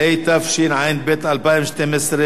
(התפטרות בשל לימודים במכינה קדם-צבאית),